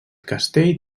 castell